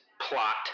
plot